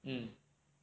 mm